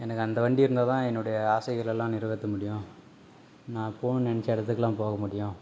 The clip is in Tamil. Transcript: எனக்கு அந்த வண்டி இருந்தால்தான் என்னுடைய ஆசைகள் எல்லாம் நிறைவேற்ற முடியும் நான் போகணுன்னு நினச்ச இடத்துக்குலாம் போக முடியும்